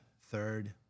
third